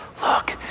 look